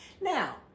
now